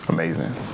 Amazing